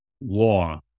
law